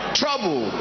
trouble